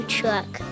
Truck